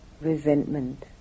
resentment